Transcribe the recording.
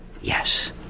yes